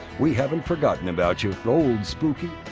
we haven't forgotten about you, old spooky.